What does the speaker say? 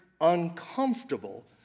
uncomfortable